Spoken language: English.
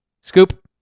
Scoop